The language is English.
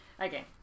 Okay